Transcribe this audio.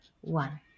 one